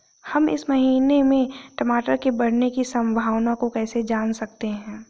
हम इस महीने में टमाटर के बढ़ने की संभावना को कैसे जान सकते हैं?